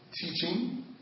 teaching